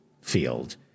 field